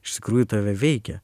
iš tikrųjų tave veikia